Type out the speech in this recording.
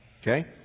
Okay